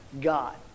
God